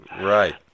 right